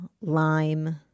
lime